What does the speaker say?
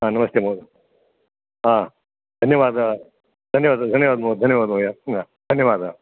ह नमस्ते महोदय आ धन्यवादः धन्यवादः धन्यवादः महोदयः धन्यवादः महोदय धन्यवादः